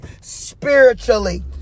spiritually